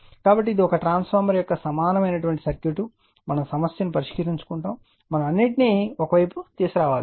కాబట్టి ఇది ఒక ట్రాన్స్ఫార్మర్ యొక్క సమానమైన సర్క్యూట్ మనం సమస్యను పరిష్కరించుకుంటాము మనం అన్నింటినీ ఒక వైపుకు తీసుకురావాలి